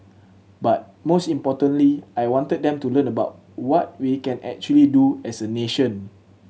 but most importantly I wanted them to learn about what we can actually do as a nation